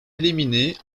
éliminée